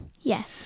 Yes